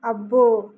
అబ్బో